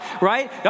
right